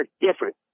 different